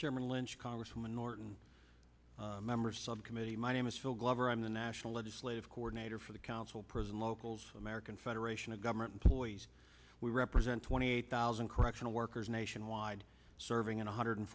chairman lynch congresswoman norton member subcommittee my name is phil glover i'm the national legislative coordinator for the council prison locals american federation of government employees we represent twenty eight thousand correctional workers nationwide serving in one hundred